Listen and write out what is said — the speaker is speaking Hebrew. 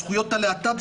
או זכויות הלהט"ב,